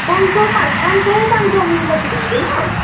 पाँच सौ पाँच सौ पाँच सौ मिल्दाखेरि हुँदैन